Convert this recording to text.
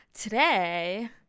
today